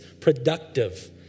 productive